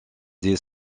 dès